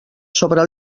sobre